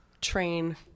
train